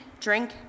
drink